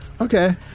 Okay